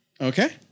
Okay